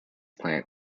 plant